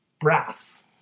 brass